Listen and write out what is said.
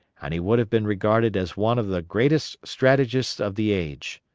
and he would have been regarded as one of the greatest strategists of the age.